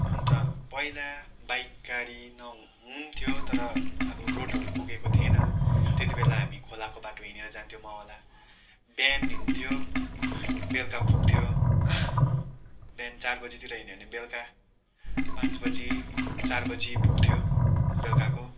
अन्त पहिला बाइक गाडी न हुन्थ्यो तर अब रोडहरू पुगेको थिएन त्यति बेला हामी खोलाको बाटो हिँडेर जान्थ्यो मावला बिहान हिँड्थ्यो बेलुका पुग्थ्यो बिहान चार बजीतिर हिँड्यो भने बेलुका पाँच बजी चार बजी पुग्थ्यो बेलुकाको